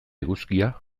eguzkia